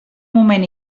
moment